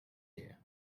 here